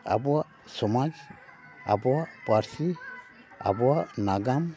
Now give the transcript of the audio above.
ᱟᱵᱚᱣᱟᱜ ᱥᱚᱢᱟᱡ ᱟᱵᱚᱣᱟᱜ ᱯᱟᱹᱨᱥᱤ ᱟᱵᱚᱣᱟᱜ ᱱᱟᱜᱟᱢ